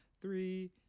Three